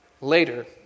Later